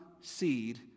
seed